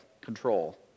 control